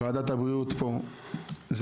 ורווחה, שהם הכי פחות מתגמלים.